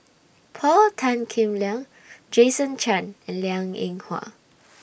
Paul Tan Kim Liang Jason Chan and Liang Eng Hwa